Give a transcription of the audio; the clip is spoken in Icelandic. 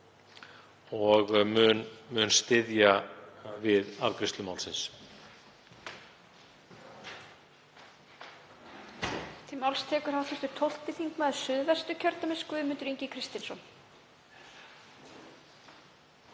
og mun styðja við afgreiðslu málsins.